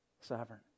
sovereign